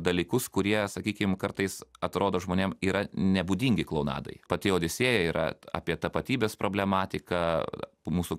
dalykus kurie sakykim kartais atrodo žmonėm yra nebūdingi klounadai pati odisėja yra apie tapatybės problematiką mūsų